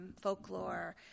folklore